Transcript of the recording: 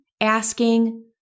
asking